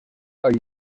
are